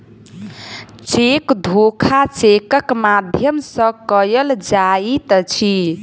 cheque धोखा चेकक माध्यम सॅ कयल जाइत छै